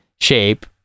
shape